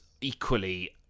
equally